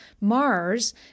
Mars